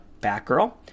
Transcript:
Batgirl